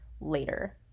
later